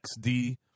XD